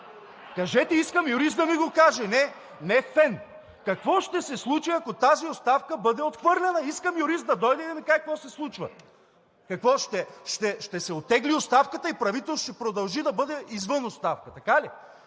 Кажете, искам юрист да ми го каже, не фен. Какво ще се случи, ако тази оставка бъде отхвърлена? Искам юрист да дойде и да ми каже какво се случва? Какво?! Ще се оттегли оставката и правителството ще продължи да бъде извън оставка, така ли?